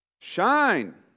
Shine